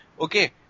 Okay